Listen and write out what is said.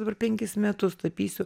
dabar penkis metus tapysiu